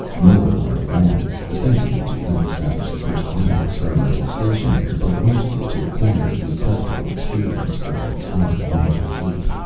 miller went along, ostensibly to help establish the first army experimental station there, but mostly to acquire the practical experience for a far longer leap.